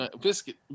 Biscuit